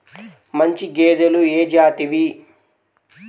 మంచి గేదెలు ఏ జాతివి?